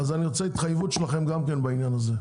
אז אני רוצה התחייבות שלכם בעניין הזה,